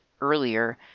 earlier